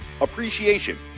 Appreciation